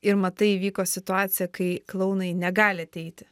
ir matai įvyko situaciją kai klounai negali ateiti